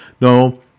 no